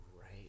right